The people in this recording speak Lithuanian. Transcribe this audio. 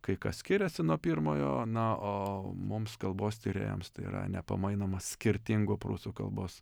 kai kas skiriasi nuo pirmojo na o mums kalbos tyrėjams tai yra nepamainomas skirtingų prūsų kalbos